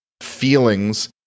feelings